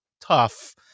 Tough